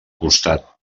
costat